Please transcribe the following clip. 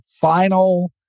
final